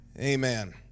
Amen